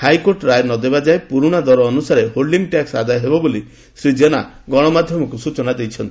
high court ରାୟ ନଦେବା ଯାଏଁ ପୁରୁଶା ଦର ଅନୁସାରେ ହୋଲ୍ଡିଂ ଟ୍ୟାକ୍ ଆଦାୟ ହେବ ବୋଲି ଶ୍ରୀ ଜେନା ଗଣମାଧ୍ଧମକୁ ସୂଚନା ଦେଇଛନ୍ତି